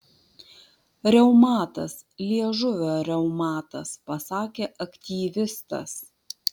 reumatas liežuvio reumatas pasakė aktyvistas